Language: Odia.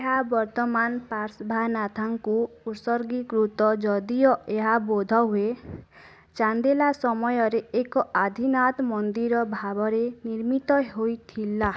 ଏହା ବର୍ତ୍ତମାନ ପାର୍ଶଭାନାଥାଙ୍କୁ ଉତ୍ସର୍ଗୀକୃତ ଯଦିଓ ଏହା ବୋଧହୁଏ ଚାନ୍ଦେଲା ସମୟରେ ଏକ ଆଦିନାଥ ମନ୍ଦିର ଭାବରେ ନିର୍ମିତ ହେଇଥିଲା